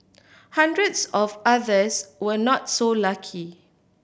hundreds of others were not so lucky